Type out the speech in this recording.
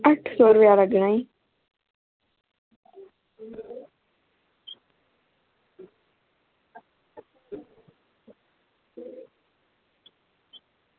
अट्ठ सौ रपेआ लग्गना ई